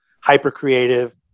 hyper-creative